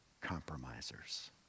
compromisers